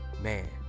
Man